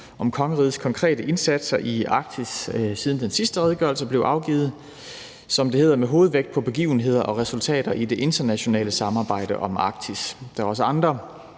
om kongerigets konkrete indsatser i Arktis siden den sidste afgørelse blev afgivet, og det er med – som det hedder – hovedvægt på begivenheder og resultater i det internationale samarbejde om Arktis. Der er også andre